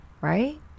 right